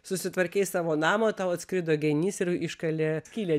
susitvarkei savo namą o tau atskrido genys ir iškalė skylę